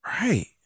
Right